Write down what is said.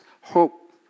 hope